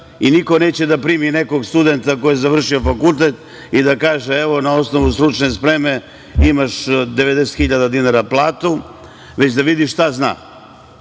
i niko neće da primi nekog studenta koji je završio fakultet i da kaže – evo, na osnovu stručne spreme imaš 90 hiljada dinara platu, već da vidim šta zna.